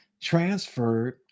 transferred